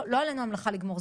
לא עלינו המלאכה לגמור,